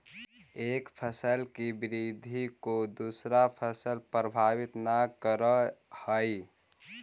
एक फसल की वृद्धि को दूसरा फसल प्रभावित न करअ हई